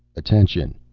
attention!